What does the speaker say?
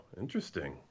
interesting